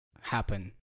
happen